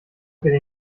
wir